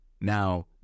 now